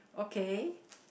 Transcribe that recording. okay